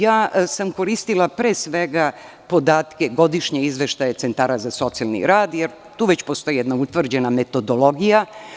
Ja sam koristila, pre svega, podatke godišnje izveštaje centara za socijalni rad, jer tu već postoji jedna utvrđena metodologija.